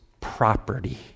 property